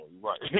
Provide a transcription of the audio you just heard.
Right